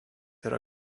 yra